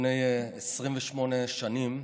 לפני 28 שנים,